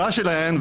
הליבה שלהן,